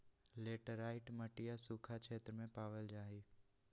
laterite मटिया सूखा क्षेत्र में पावल जाहई